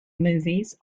movies